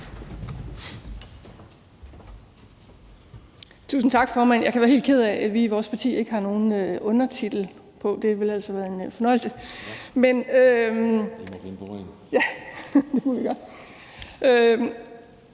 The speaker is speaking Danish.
Tusind tak, formand. Jeg kan være helt ked af, at vi i vores parti ikke har nogen undertitel på. Det ville ellers have været en fornøjelse. (Den fg.